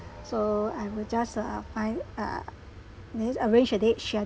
so I will just uh find uh means I will arrange a date